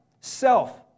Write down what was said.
self